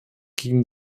gegen